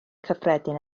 cyffredin